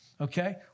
okay